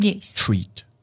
treat